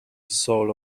soul